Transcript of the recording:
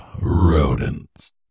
rodents